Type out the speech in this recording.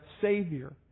Savior